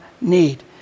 need